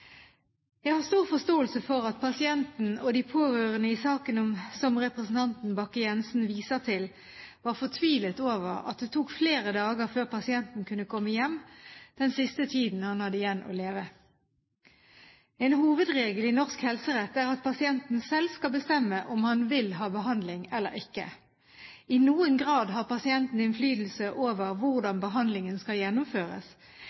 Jeg har stor forståelse for at pasienten og de pårørende i saken som representanten Bakke-Jensen viser til, var fortvilet over at det tok flere dager før pasienten kunne komme hjem den siste tiden han hadde igjen å leve. En hovedregel i norsk helserett er at pasienten selv skal bestemme om han vil ha behandling eller ikke. I noen grad har pasienten innflytelse over